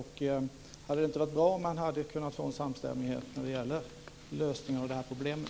Hade det inte varit bra om man hade kunnat nå en samstämmighet när det gäller lösningen av problemet?